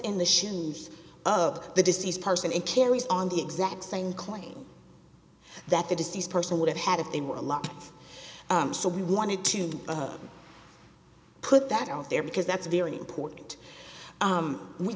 in the shins of the deceased person and carries on the exact same claim that the deceased person would have had if they were a lot so we wanted to put that out there because that's very important